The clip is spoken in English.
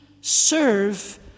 serve